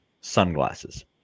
sunglasses